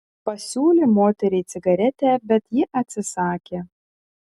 pasiūlė moteriai cigaretę bet ji atsisakė